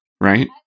right